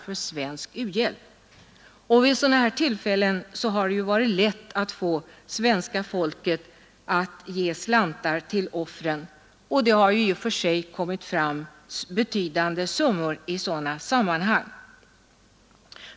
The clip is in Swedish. Vid sådana här katastroftillfällen har det varit lätt att få svenska folket att ge slantar till offren. Man har skänkt betydande summor i sådana sammanhang.